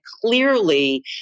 clearly